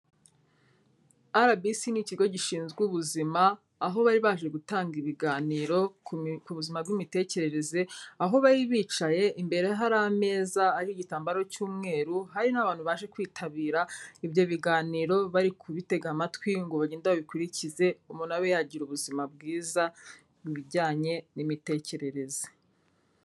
RBC ni ikigo gishinzwe ubuzima, aho bari baje gutanga ibiganiro ku buzima bw'imitekerereze, aho bari bicaye imbere hari ameza ariho igitambaro cy'umweru, hari n'abantu baje kwitabira ibyo biganiro bari kubitega amatwi ngo bagende babikurikize umuntu abe yagira ubuzima bwiza mu bijyanye n'imitekerereze.